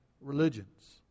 religions